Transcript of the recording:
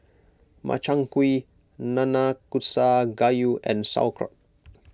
Makchang Gui Nanakusa Gayu and Sauerkraut